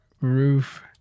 roof